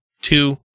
two